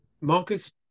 Marcus